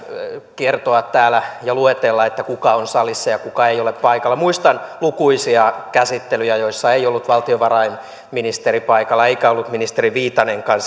kertoa ja luetella täällä kuka on salissa ja kuka ei ole paikalla muistan lukuisia käsittelyjä joissa ei ollut valtiovarainministeri paikalla eikä ollut ministeri viitanenkaan